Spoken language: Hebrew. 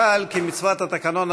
אבל כמצוות התקנון,